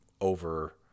over